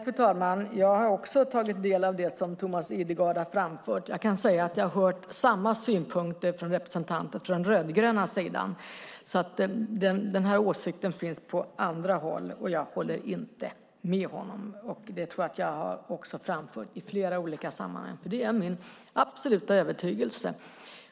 Fru talman! Jag har också tagit del av det som Thomas Idergard har framfört. Jag kan säga att jag har hört samma synpunkter från representanter från den rödgröna sidan. Den här åsikten finns alltså även på andra håll, men jag håller inte med honom. Jag tror att jag också har framfört det i flera olika sammanhanget för det är min absoluta övertygelse.